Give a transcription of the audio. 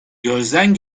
gözden